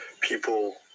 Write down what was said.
People